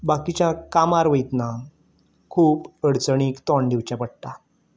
बाकिच्यांक कामार वयतना खूब अडचणींक तोंड दिवचें पडटा